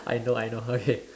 I know I know okay